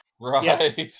Right